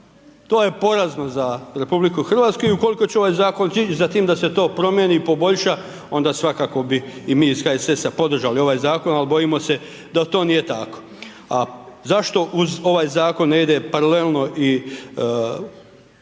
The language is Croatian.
To je porazno za RH i ukoliko će ovaj zakon ić za tim da se to promijeni, poboljša onda svakako bi i mi iz HSS-a podržali ovaj zakon, al bojimo se da to nije tako. A zašto uz ovaj zakon ne ide paralelno i